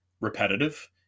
repetitive